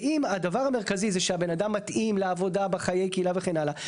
ואם הדבר המרכזי זה שהבן אדם מתאים לעבודה בחיי קהילה וכן הלאה,